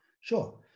Sure